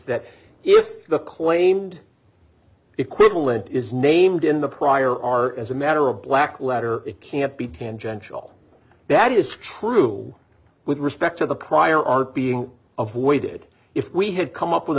that if the claimed equivalent is named in the prior art as a matter of black letter it can't be tangential that is true with respect to the prior art being avoided if we had come up with